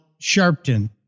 Sharpton